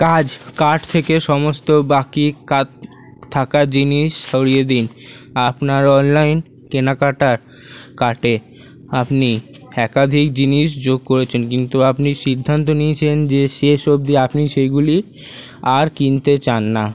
কাজ কার্ট থেকে সমস্ত বাকি থাকা জিনিস সরিয়ে দিন আপনার অনলাইন কেনা কাটার কার্টে আপনি একাধিক জিনিস যোগ করেছেন কিন্তু আপনি সিদ্ধান্ত নিয়েছেন যে শেষ অব্দি আপনি সেগুলি আর কিনতে চান না